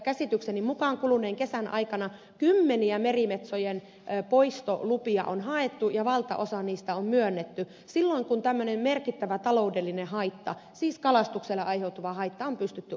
käsitykseni mukaan kuluneen kesän aikana kymmeniä merimetsojen poistolupia on haettu ja valtaosa niistä on myönnetty silloin kun tämmöinen merkittävä taloudellinen haitta siis kalastukselle aiheutuva haitta on pystytty osoittamaan